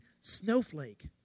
snowflake